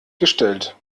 gestellt